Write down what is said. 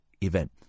event